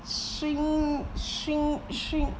swing swing swing